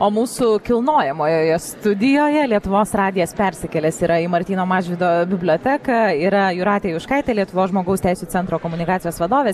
o mūsų kilnojamojoje studijoje lietuvos radijas persikėlęs yra martyno mažvydo biblioteką yra jūratė juškaitė lietuvos žmogaus teisių centro komunikacijos vadovė